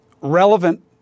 relevant